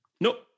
Nope